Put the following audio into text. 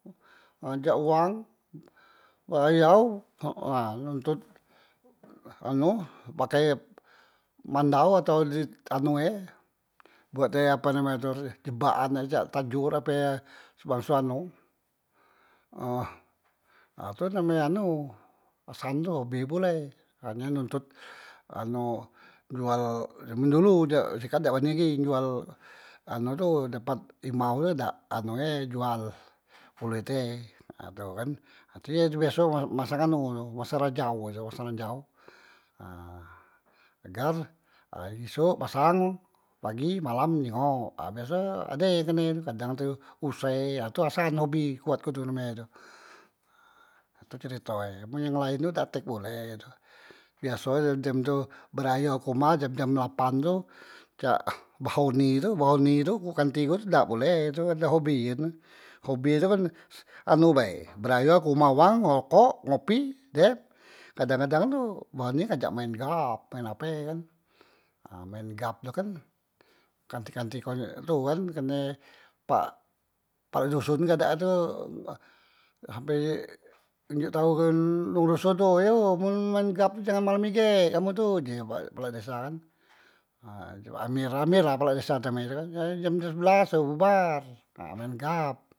ngajak uwang, belayau ha nontot anu pakai mandau atau di anu e buat e ape name e tu jebakan jak tajor ape sebangso anu eh itu name anu asan tu hobi pule, ngan nontot anu jual, jaman dulu se kak dak bani lagi, jual anu tu dapat imau tu dak jual kulit e, nah tu kan, ha tu ye biaso masang anu masang ranjau he tu masang ranjau, nah agar isok masang, pagi malam nyingok nah biaso e ade kadang tu use ha tu asan hobi kuat tu humeh tu nah tu cerito e, men yang laen tu dak tek pule tu, biaso e la dem tu belayo ke umah jam- jam lapan tu cak bahauni tu bahauni, kanti ku tu dak pule ye dak hobi kan hobi e tu kan anu bae, belayo ke humah wang ngerokok, ngopi dem kadang- kadang tu bahauni ngajak maen gap, maen ape kan, maen gap tu kan kanti- kanti ku tu kan kerne pak kpala doson kak dak tu sampe njok tau ngan wong doson tu "yo mun maen gap tu jangan malam ige kamu tu" ji uji bapak kepala desa kan, mir amir la name kepala desa tu, ha jam la jam sebelas la bubar nah maen gap.